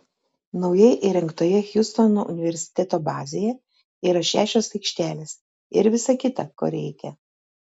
naujai įrengtoje hjustono universiteto bazėje yra šešios aikštelės ir visa kita ko reikia